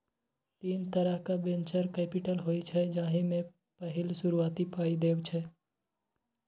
तीन तरहक venture capital होइ छै जाहि मे पहिल शुरुआती पाइ देब छै